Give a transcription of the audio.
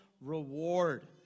reward